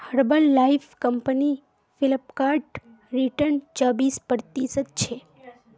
herbal life company Flipkart return चोबीस प्रतिशतछे